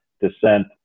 descent